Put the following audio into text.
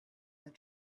that